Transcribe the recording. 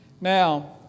Now